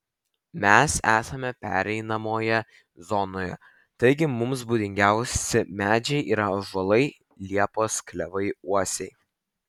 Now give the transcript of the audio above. mes esame pereinamoje zonoje taigi mums būdingiausi medžiai yra ąžuolai liepos klevai uosiai